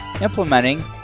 Implementing